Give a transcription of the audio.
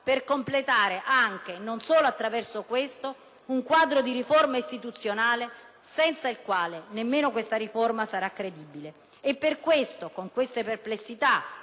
per completare, anche e non solo attraverso questo passaggio, un quadro di riforme istituzionali senza il quale nemmeno questa riforma sarà credibile. È con queste perplessità,